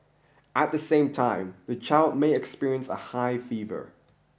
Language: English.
at the same time the child may experience a high fever